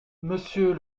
monsieur